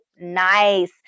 nice